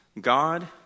God